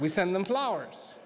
we send them flowers